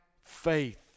faith